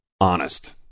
honest